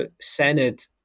Senate